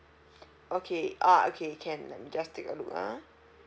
okay uh okay can let me just take a look ah